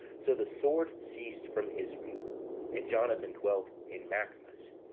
so the sword ceased from israel and jonathan dwelt in machmas,